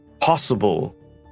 possible